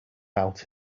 out